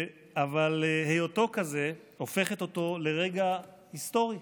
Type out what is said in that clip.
אבל היותו כזה הופכת אותו לרגע היסטורי,